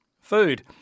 food